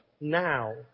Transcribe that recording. now